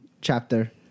chapter